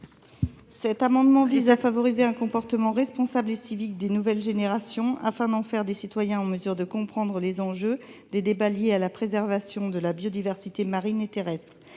Cet amendement vise à favoriser un comportement responsable et civique des Français des nouvelles générations, afin d'en faire des citoyens en mesure de comprendre les enjeux des débats liés à la préservation de la biodiversité marine et terrestre.